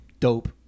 Dope